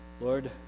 Lord